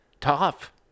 Tough